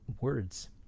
words